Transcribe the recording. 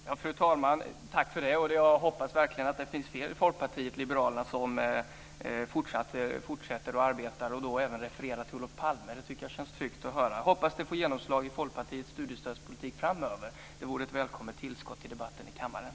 Fru talman! Tack för det! Jag hoppas verkligen att det finns fler i Folkpartiet liberalerna som fortsätter att arbeta och även att referera till Olof Palme. Det tycker jag känns tryggt att höra. Hoppas att det får genomslag i Folkpartiets studiestödspolitik framöver. Det vore ett välkommet tillskott till debatten i kammaren.